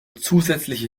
zusätzliche